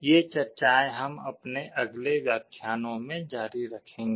ये चर्चाएँ हम अपने अगले व्याख्यानों में जारी रखेंगे